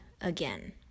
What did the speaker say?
again